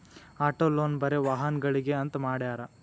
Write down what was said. auto loan ಬರೆ ವಾಹನಗ್ಳಿಗೆ ಅಂತ್ ಮಾಡ್ಯಾರ